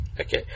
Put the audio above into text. Okay